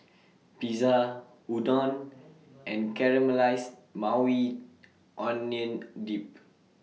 Pizza Udon and Caramelized Maui Onion Dip